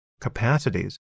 capacities